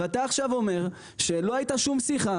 אתה עכשיו אומר שלא הייתה שום שיחה,